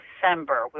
December